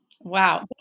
Wow